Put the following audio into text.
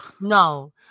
No